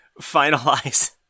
finalize